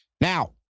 Now